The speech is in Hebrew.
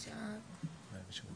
יש פה את השירותים ומידע.